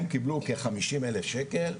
הם קיבלו כחמישים אלף שקל.